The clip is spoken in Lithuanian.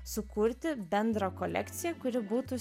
sukurti bendrą kolekciją kuri būtų